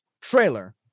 trailer